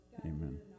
amen